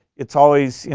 it's always, you